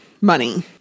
money